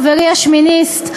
חברי השמיניסט,